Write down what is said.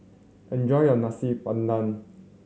enjoy your Nasi Padang